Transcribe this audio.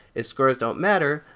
if scores don't matter,